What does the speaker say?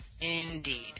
Indeed